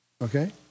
Okay